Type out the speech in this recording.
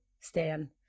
Stan